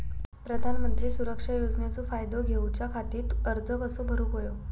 प्रधानमंत्री सुरक्षा योजनेचो फायदो घेऊच्या खाती अर्ज कसो भरुक होयो?